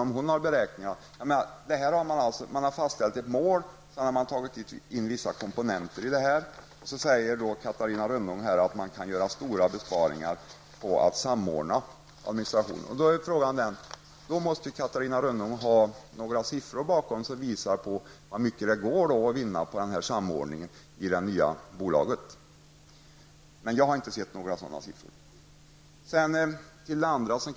Man har förmodligen fastställt ett mål och tagit in vissa komponenter. Catarina Rönnung säger att man gör stora besparingar på att samordna. Då måste Catarina Rönnung ha några siffror bakom detta och visa hur mycket man kan vinna på denna samordning i det nya bolaget. Men jag har inte sett några sådana siffror.